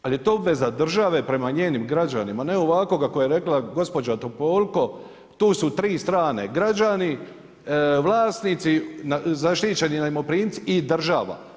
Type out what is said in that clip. Ali to je obveza države prema njenim građanima, ne ovako kako je rekla gospođa Topolko, tu su tri strane, građani, vlasnici zaštićeni najmoprimci i država.